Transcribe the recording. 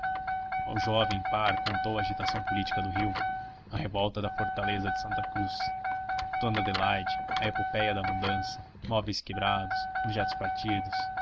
o jovem par contou a agitação política do rio a revolta da fortaleza de santa cruz dona adelaide a epopéia da mudança móveis quebrados objetos partidos